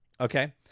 Okay